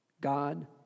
God